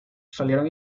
salieron